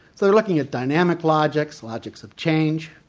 they were looking at dynamic logics, logics of change,